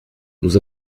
nous